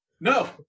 no